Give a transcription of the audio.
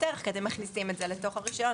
ערך כי אתם מכניסים את זה לתוך הרישיון.